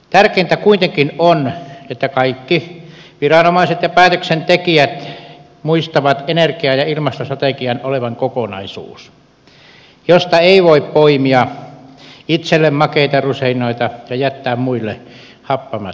tärkeintä kuitenkin on että kaikki viranomaiset ja päätöksentekijät muistavat energia ja ilmastostrategian olevan kokonaisuus josta ei voi poimia itselle makeita rusinoita ja jättää muille happamia marjoja